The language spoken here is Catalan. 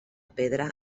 pedra